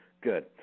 Good